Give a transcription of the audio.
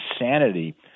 insanity